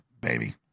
baby